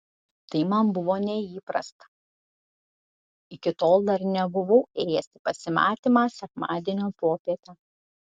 tai man buvo neįprasta iki tol dar nebuvau ėjęs į pasimatymą sekmadienio popietę